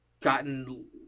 gotten